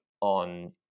on